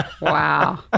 Wow